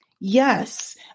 Yes